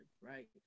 right